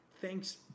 thanks